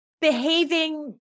behaving